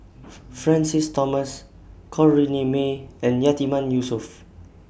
Francis Thomas Corrinne May and Yatiman Yusof